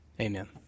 Amen